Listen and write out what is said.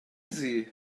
sie